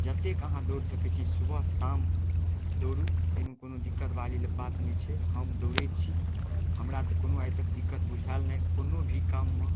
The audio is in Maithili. जतेक अहाँ दौड़ सकै छी सुबह शाम दौड़ू एहिमे कोनो दिक्कतवाली बात नहि छै हम दौड़ै छी हमरा तऽ कोनो आइतक दिक्कत बुझाएल नहि कोनो भी काममे